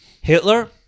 Hitler